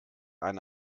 eine